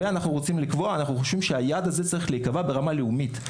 ואנחנו חושבים שהיעד הזה צריך להיקבע ברמה לאומית.